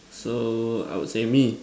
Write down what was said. so I would say me